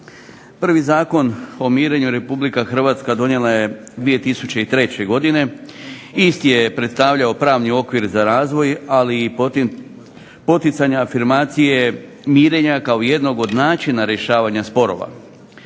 Prvi Zakon o mirenju RH donijela je 2003. godine. Isti je predstavljao pravni okvir za razvoj, ali i poticanja afirmacije mirenja kao jednog od načina rješavanja sporova.